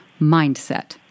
mindset